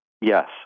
Yes